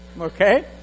Okay